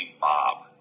Bob